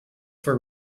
for